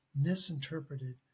misinterpreted